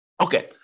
Okay